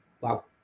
wow